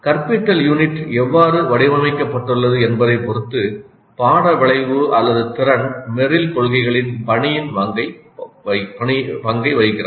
கற்பித்தல் யூனிட் எவ்வாறு வடிவமைக்கப்பட்டுள்ளது என்பதைப் பொறுத்து பாட விளைவு அல்லது திறன் மெர்ரில் கொள்கைகளில் பணியின் பங்கை வகிக்கிறது